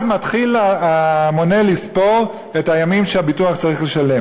מתחיל המונה לספור את הימים שהביטוח צריך לשלם.